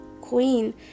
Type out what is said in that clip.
queen